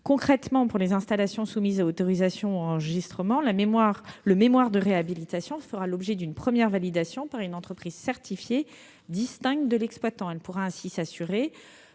Concrètement, pour les installations soumises à autorisation et à enregistrement, le mémoire de réhabilitation fera l'objet d'une première validation par une entreprise certifiée distincte de l'exploitant, qui pourra ainsi s'assurer